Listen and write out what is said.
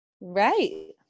Right